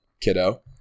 kiddo